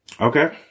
Okay